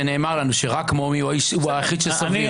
שנאמר לנו שרק מומי הוא היחיד שסביר.